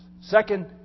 Second